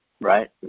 right